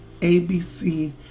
ABC